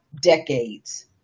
decades